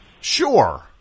Sure